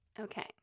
Okay